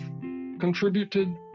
contributed